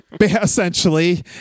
essentially